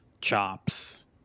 chops